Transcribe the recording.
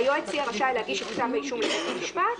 והיועץ יהיה רשאי להגיש את כתב האישום לבית המשפט,